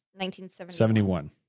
1971